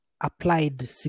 applied